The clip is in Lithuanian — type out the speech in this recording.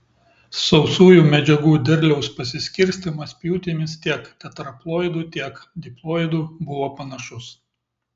sausųjų medžiagų derliaus pasiskirstymas pjūtimis tiek tetraploidų tiek diploidų buvo panašus